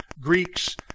Greeks